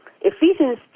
Ephesians